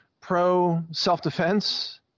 pro-self-defense